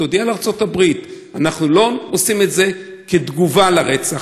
ותודיע לארצות-הברית: אנחנו לא עושים את זה כתגובה לרצח,